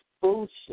bullshit